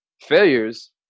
failures